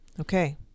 Okay